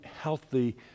healthy